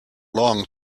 long